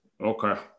Okay